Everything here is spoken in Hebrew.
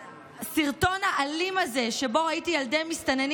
והסרטון האלים הזה שבו ראיתי ילדי מסתננים